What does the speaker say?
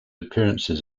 appearances